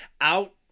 out